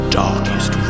darkest